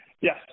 Yes